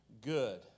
good